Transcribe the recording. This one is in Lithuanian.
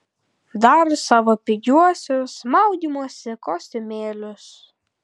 dar savo pigiuosius maudymosi kostiumėlius